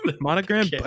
Monogram